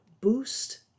boost